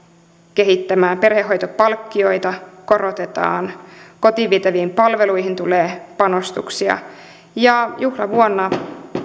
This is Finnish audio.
kehittämään perhehoitopalkkioita korotetaan kotiin vietäviin palveluihin tulee panostuksia ja juhlavuonna